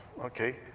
okay